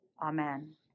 Amen